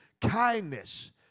Kindness